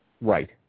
right